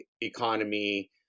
economy